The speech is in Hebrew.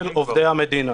עובדי המדינה.